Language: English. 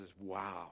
wow